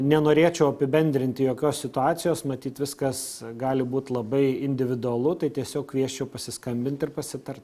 nenorėčiau apibendrinti jokios situacijos matyt viskas gali būt labai individualu tai tiesiog kviesčiau pasiskambint ir pasitart